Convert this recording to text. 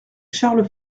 charles